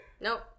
Nope